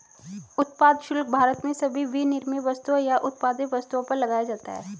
उत्पाद शुल्क भारत में सभी विनिर्मित वस्तुओं या उत्पादित वस्तुओं पर लगाया जाता है